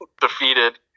defeated